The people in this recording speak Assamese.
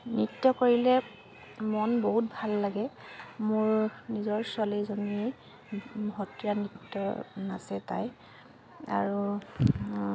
নৃত্য কৰিলে মন বহুত ভাল লাগে মোৰ নিজৰ ছোৱালীজনীয়ে সত্ৰীয়া নৃত্য নাচে তাই আৰু